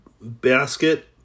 basket